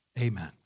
amen